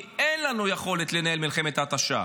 כי אין לנו יכולת לנהל מלחמת התשה.